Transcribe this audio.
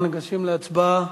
אנחנו ניגשים להצבעה.